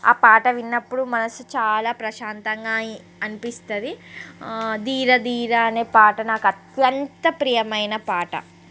ఆ పాట విన్నప్పుడు మనసు చాలా ప్రశాంతంగా అనిపిస్తుంది ధీర ధీర అనే పాట నాకు అత్యంత ప్రియమైన పాట